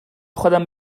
خودم